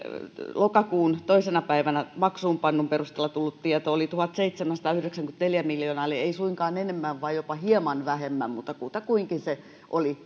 lokakuun toisena päivänä maksuunpannun perusteella tullut tieto oli tuhatseitsemänsataayhdeksänkymmentäneljä miljoonaa eli ei suinkaan enemmän vaan jopa hieman vähemmän mutta kutakuinkin se oli